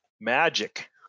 Magic